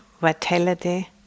vitality